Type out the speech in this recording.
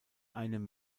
einem